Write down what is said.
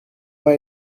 pas